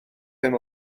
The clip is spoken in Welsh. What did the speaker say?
dydd